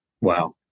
Wow